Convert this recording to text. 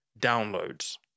downloads